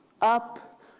up